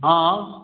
हँ